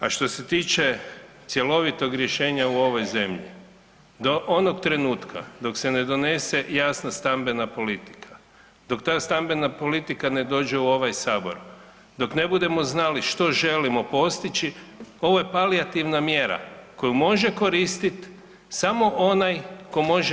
A što se tiče cjelovitog rješenja u ovoj zemlji, do onog trenutka dok se ne donese jasna stambena politika, dok ta stambena politika ne dođe u ovaj Sabor, dok ne bude znali što želimo postići, ovo je palijativna mjera koju može koristiti samo onaj tko može